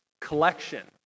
collection